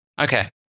Okay